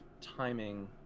timing